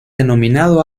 denominado